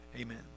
amen